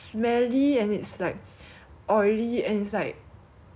I don't know like ro~ rotten chicken or rotten egg that kind of smell